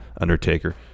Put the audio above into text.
Undertaker